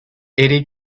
eddy